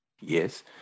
Yes